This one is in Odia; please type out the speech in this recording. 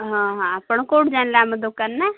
ହଁ ହଁ ଆପଣ କେଉଁଠୁ ଜାଣିଲେ ଆମ ଦୋକାନ ନାଁ